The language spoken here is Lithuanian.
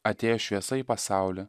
atėjo šviesa į pasaulį